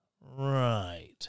Right